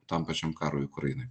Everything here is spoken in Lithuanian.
tam pačiam karui ukrainoj